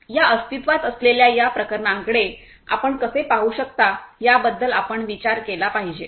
या अस्तित्त्वात असलेल्या या प्रकरणांकडे आपण कसे पाहू शकता याबद्दल आपण विचार केला पाहिजे